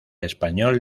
español